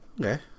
Okay